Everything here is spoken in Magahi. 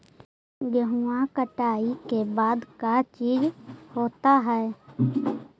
गेहूं कटाई के बाद का चीज होता है?